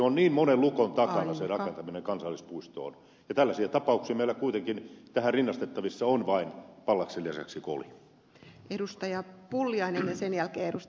on niin monen lukon takana se rakentaminen kansallispuistoon ja tällaisia tapauksia meillä kuitenkin tähän rinnastettavissa on pallaksen lisäksi vain koli